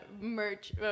merch